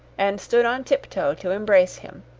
and stood on tiptoe to embrace him.